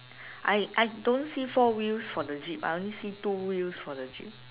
I I don't see four wheels for the jeep I only see two wheels for the jeep